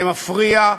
זה מפריע,